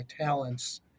talents